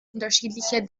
unterschiedliche